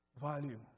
value